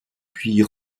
puis